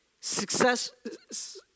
Success